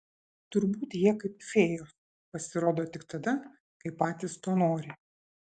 turbūt jie kaip fėjos pasirodo tik tada kai patys to nori